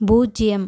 பூஜ்ஜியம்